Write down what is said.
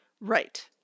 right